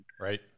Right